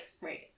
right